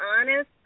honest